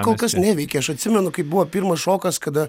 kol kas neveikia aš atsimenu kaip buvo pirmas šokas kada